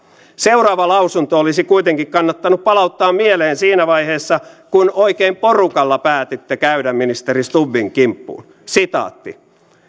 seuraava lausunto olisi kuitenkin kannattanut palauttaa mieleen siinä vaiheessa kun oikein porukalla päätitte käydä ministeri stubbin kimppuun